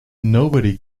nobody